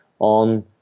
on